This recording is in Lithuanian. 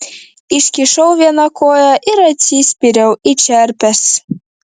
iškišau vieną koją ir atsispyriau į čerpes